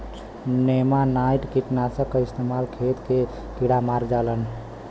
नेमानाइट कीटनाशक क इस्तेमाल से खेत के कीड़ा मर जालन